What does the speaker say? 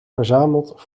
verzameld